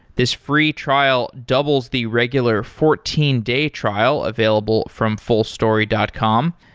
this free trial doubles the regular fourteen day trial available from fullstory dot com.